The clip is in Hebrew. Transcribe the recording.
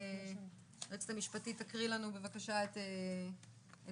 היועצת המשפטית תקריא לנו בבקשה את הצו.